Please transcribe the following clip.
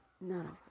None